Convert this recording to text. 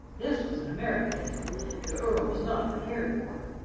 this was an americanism the earl was not prepared for.